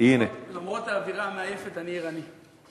למרות האווירה המעייפת, אני ערני.